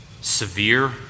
severe